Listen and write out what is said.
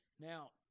Now